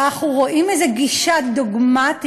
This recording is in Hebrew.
ואנחנו רואים איזו גישה דוגמטית,